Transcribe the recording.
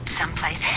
someplace